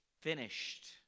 finished